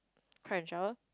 cry in the shower